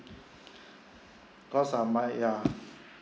cause I might ya